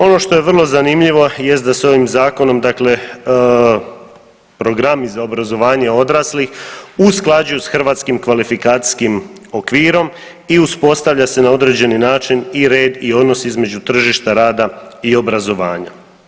Ono što je vrlo zanimljivo jest da se ovim zakonom, dakle programi za obrazovanje odraslih usklađuju sa hrvatskim kvalifikacijskim okvirom i uspostavlja se na određeni način i red i odnos između tržišta rada i obrazovanja.